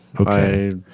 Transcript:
Okay